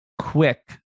quick